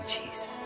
Jesus